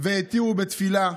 והעתירו בתפילה.